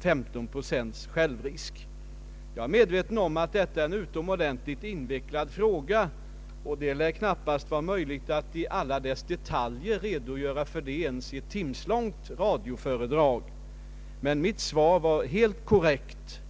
15 procents självrisk. Jag är medveten om att detta är en utomordentligt invecklad fråga, och det lär knappast vara möjligt att i alla detaljer ge en uttömmande redogörelse för den ens i ett timslångt radioföredrag. Mitt svar var emellertid helt korrekt.